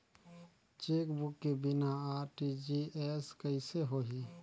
Chequebook के बिना RTGS कइसे होही?